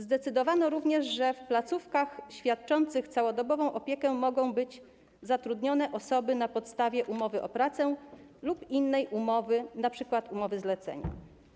Zdecydowano również, że w placówkach świadczących całodobową opiekę mogą być zatrudnione osoby na podstawie umowy o pracę lub innej umowy, np. umowy zlecenia.